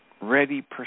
ready